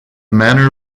manor